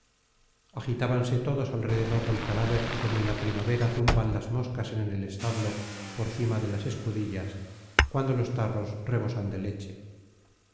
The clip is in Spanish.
agitábanse todos alrededor del cadáver como en la primavera zumban las moscas en el establo por cima de las escudillas cuando los tarros rebosan de leche